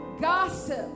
gossip